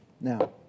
Now